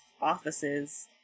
offices